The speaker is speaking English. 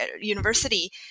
university